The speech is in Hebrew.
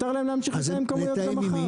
מותר להם להמשיך לתאם כמויות גם מחר.